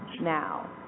now